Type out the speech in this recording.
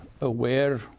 aware